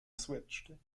switched